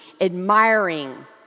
admiring